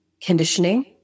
conditioning